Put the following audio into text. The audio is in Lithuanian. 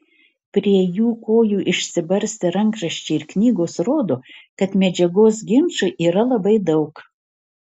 prie jų kojų išsibarstę rankraščiai ir knygos rodo kad medžiagos ginčui yra labai daug